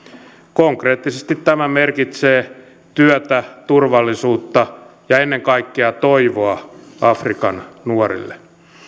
konkreettisesti tämä merkitsee työtä turvallisuutta ja ennen kaikkea toivoa afrikan nuorille